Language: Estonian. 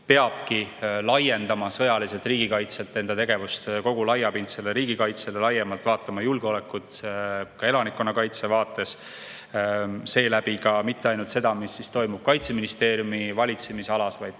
peabki laiendama sõjaliselt riigikaitselt enda tegevust kogu laiapindsele riigikaitsele, laiemalt vaatama julgeolekut ka elanikkonnakaitse vaates, selle kaudu ka mitte ainult seda, mis toimub Kaitseministeeriumi valitsemisalas, vaid